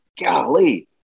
golly